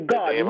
God